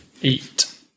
eat